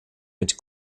mit